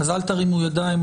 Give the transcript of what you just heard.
אז אל תרימו ידיים.